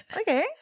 Okay